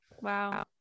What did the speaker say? Wow